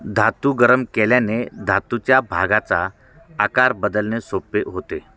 धातू गरम केल्याने धातूच्या भागाचा आकार बदलणे सोपे होते